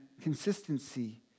consistency